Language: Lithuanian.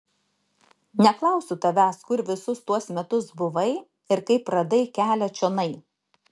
neklausiu tavęs kur visus tuos metus buvai ir kaip radai kelią čionai